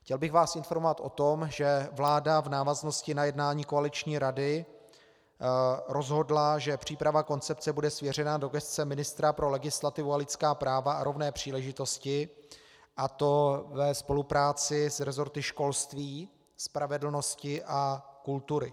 Chtěl bych vás informovat o tom, že vláda v návaznosti na jednání koaliční rady rozhodla, že příprava koncepce bude svěřena do gesce ministra pro legislativu, lidská práva a rovné příležitosti, a to ve spolupráci s resorty školství, spravedlnosti a kultury.